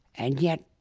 and yet